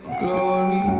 glory